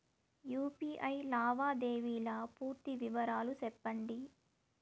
UPI లావాదేవీల పూర్తి వివరాలు సెప్పండి?